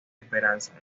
esperanza